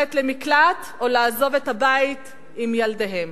להימלט למקלט או לעזוב את הבית עם ילדיהן.